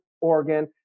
Oregon